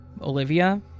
Olivia